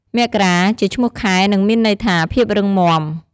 មករា ជាឈ្មោះខែ និងមានន័យថា ភាពរឹងមាំ។